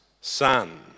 son